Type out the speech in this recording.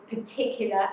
particular